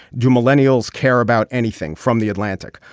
do millennials care about anything from the atlantic.